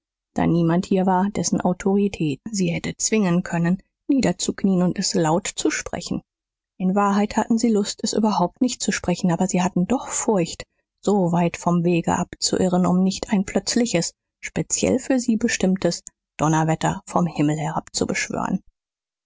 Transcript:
da niemand hier war dessen autorität sie hätte zwingen können niederzuknien und es laut zu sprechen in wahrheit hatten sie lust es überhaupt nicht zu sprechen aber sie hatten doch furcht soweit vom wege abzuirren um nicht ein plötzliches speziell für sie bestimmtes donnerwetter vom himmel